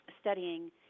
studying